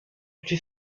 plus